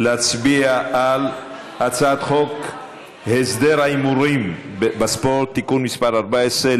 להצביע על הצעת חוק להסדר ההימורים בספורט (תיקון מס' 14),